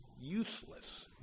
useless